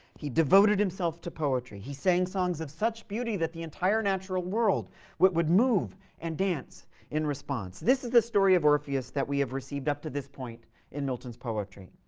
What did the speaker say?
he devoted himself to poetry. he sang songs of such beauty that the entire natural world would move and dance in response. this is the story of orpheus that we have received up to this point in milton's poetry.